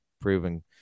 proven